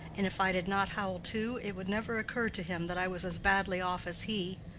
and if i did not howl too it would never occur to him that i was as badly off as he.